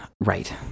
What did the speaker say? Right